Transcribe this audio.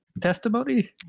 testimony